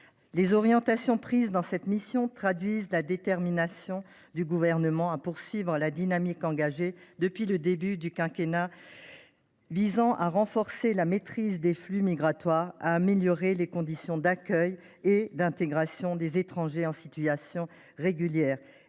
Les orientations prises dans cette mission traduisent la détermination du Gouvernement à poursuivre la dynamique engagée depuis le début du quinquennat pour renforcer la maîtrise des flux migratoires, améliorer les conditions d’accueil et d’intégration des étrangers en situation régulière,